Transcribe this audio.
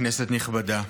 כנסת נכבדה,